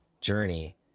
journey